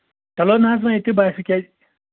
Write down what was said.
چلو نہٕ حظ وۄنۍ یہِ تۄہہِ باسِوٕ کیٛازِ